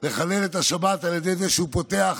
לחלל את השבת על ידי זה שהוא פותח